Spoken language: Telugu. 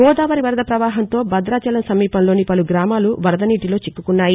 గోదావరి వరద ప్రవాహంతో భదాచలం సమీపంలోని పలు గామాలు వరదనీటిలో చిక్కుకున్నాయి